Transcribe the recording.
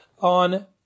on